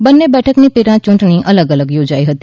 બંને બેઠકની પેટા ચૂંટણી અલગ અલગ યોજાઈ હતી